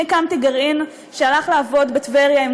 אני הקמתי גרעין שהלך לעבוד בטבריה עם